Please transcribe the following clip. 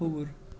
کھووُر